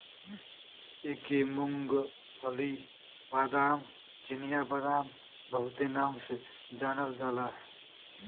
एके मूंग्फल्ली, बादाम, चिनिया बादाम बहुते नाम से जानल जाला